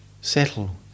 settle